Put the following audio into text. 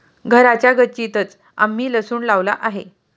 घराच्या गच्चीतंच आम्ही लसूण लावला आहे